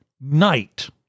night